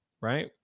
right